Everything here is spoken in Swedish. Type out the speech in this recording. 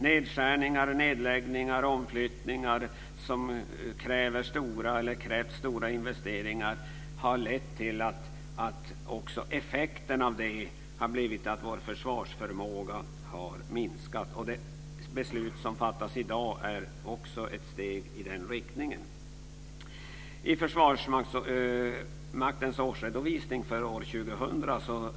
Nedskärningar, nedläggningar och omflyttningar som kräver eller har krävt stora investeringar har lett till att också effekten av det har blivit att vår försvarsförmåga har minskat. Och det beslut som kommer att fattas i dag är också ett steg i den riktningen.